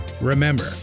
Remember